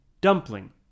dumpling